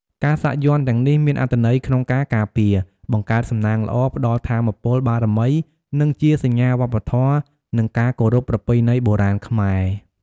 ការសាក់យ័ន្តទាំងនេះមានអត្ថន័យក្នុងការការពារ បង្កើតសំណាងល្អ ផ្ដល់ថាមពលបារមីនិងជា សញ្ញាវប្បធម៌ និងការគោរពប្រពៃណីបុរាណខ្មែរ។